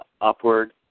upward